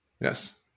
Yes